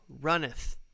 runneth